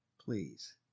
please